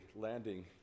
landing